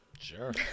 Sure